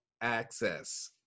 access